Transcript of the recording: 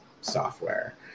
software